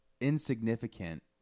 insignificant